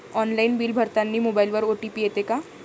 Online bill भरतानी मोबाईलवर OTP येते का?